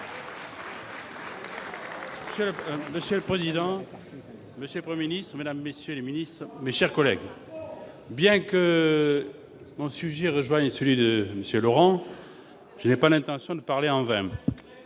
Monsieur le président, monsieur le Premier ministre, mesdames, messieurs les ministres, mes chers collègues, bien que mon sujet rejoigne celui qui a été évoqué par M. Daniel Laurent, je n'ai pas l'intention de parler en vain.